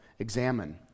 Examine